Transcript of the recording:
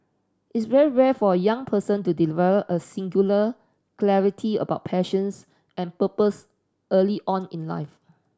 it's very rare for a young person to develop a singular clarity about passions and purpose early on in life